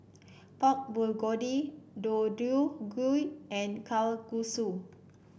Pork Bulgogi Deodeok Gui and Kalguksu